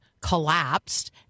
collapsed